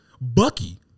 Bucky